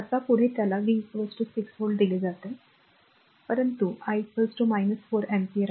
आता पुढे त्याला V 6 व्होल्ट दिले जाते परंतु I 4 अँपिअर